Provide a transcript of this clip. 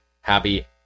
happy